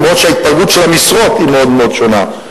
גם אם התפלגות המשרות מאוד שונה.